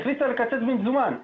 היא החליטה לקצץ במזומן.